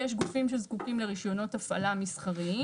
יש גופים שזקוקים לרישיונות הפעלה מסחריים.